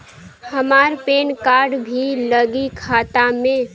हमार PAN card भी लगी खाता में?